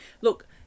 Look